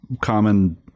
Common